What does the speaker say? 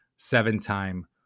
seven-time